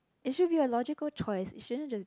it should be a logical choice it shouldn't